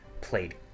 played